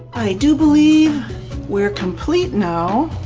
i do believe we're complete now